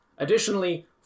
additionally